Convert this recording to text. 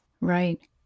right